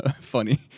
funny